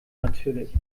natürlich